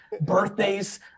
birthdays